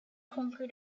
conquer